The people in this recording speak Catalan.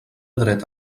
dret